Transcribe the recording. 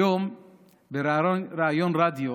היום בריאיון ברדיו